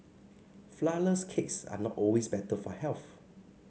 flourless cakes are not always better for health